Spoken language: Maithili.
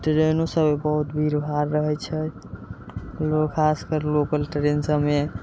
ट्रेनों सबमे बहुत भीड़ भाड़ रहै छै लोग खास कर लोकल ट्रेन सबमे